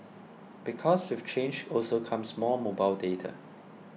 because change also comes more mobile data